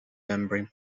membrane